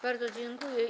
Bardzo dziękuję.